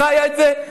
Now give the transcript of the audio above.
והיא חיה את זה.